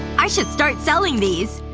i should start selling these!